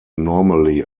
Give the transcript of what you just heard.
normally